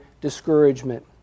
discouragement